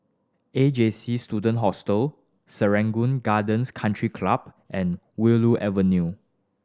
A J C Student Hostel Serangoon Gardens Country Club and Willow Avenue